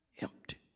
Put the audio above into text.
empty